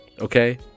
okay